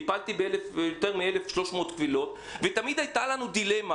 טיפלתי ביותר מ-1,300 קבילות ותמיד הייתה לנו דילמה: